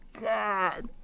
God